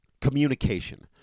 Communication